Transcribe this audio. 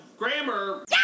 Grammar